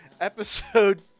episode